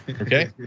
Okay